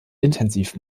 intensiv